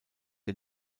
der